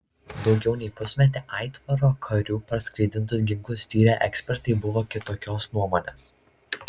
daugiau nei pusmetį aitvaro karių parskraidintus ginklus tyrę ekspertai buvo kitokios nuomonės